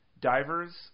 divers